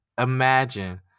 imagine